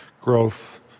growth